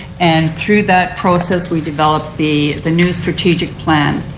and through that process we developed the the new strategic plan.